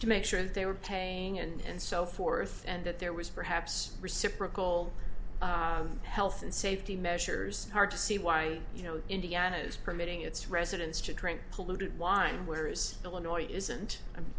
to make sure that they were paying and so forth and that there was perhaps reciprocal health and safety measures hard to see why you know indiana's permitting its residents to drink polluted water and workers illinois isn't